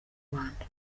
rwanda